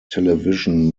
television